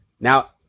Now